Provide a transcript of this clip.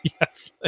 yes